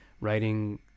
writing